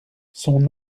son